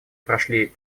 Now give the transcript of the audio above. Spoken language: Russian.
прошли